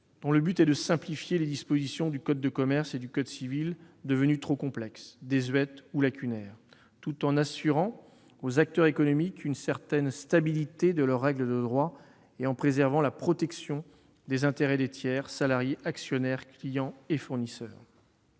texte, qui vise à simplifier les dispositions du code de commerce et du code civil devenues trop complexes, désuètes ou lacunaires, tout en assurant aux acteurs économiques une certaine stabilité de leurs règles de droit et en préservant la protection des intérêts des tiers- salariés, actionnaires, clients et fournisseurs.